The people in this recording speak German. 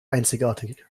einzigartig